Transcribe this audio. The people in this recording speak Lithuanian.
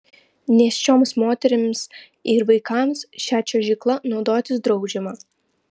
nėščioms moterims ir vaikams šia čiuožykla naudotis draudžiama